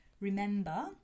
remember